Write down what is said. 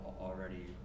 already